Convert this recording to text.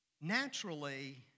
naturally